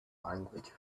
language